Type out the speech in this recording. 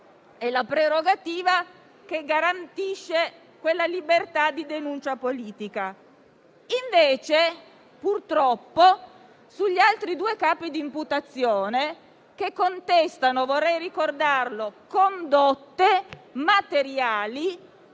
è la prerogativa, che garantisce la libertà di denuncia politica. Invece, purtroppo, gli altri due capi di imputazione contestano, vorrei ricordarlo, condotte materiali